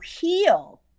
heal